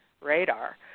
radar